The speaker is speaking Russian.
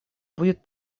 будет